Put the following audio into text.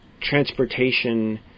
transportation